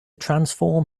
transform